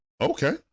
okay